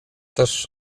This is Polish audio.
też